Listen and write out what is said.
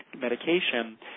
medication